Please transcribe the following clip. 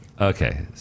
Okay